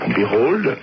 behold